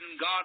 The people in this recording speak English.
God